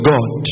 God